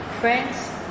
Friends